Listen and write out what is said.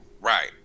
Right